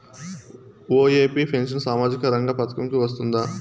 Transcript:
OAP pension సామాజిక రంగ పథకం కు వస్తుందా?